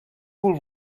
would